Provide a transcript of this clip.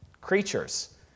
creatures